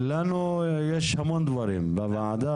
לנו יש המון דברים בוועדה.